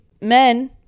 men